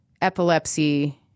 epilepsy